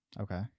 okay